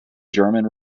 german